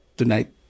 tonight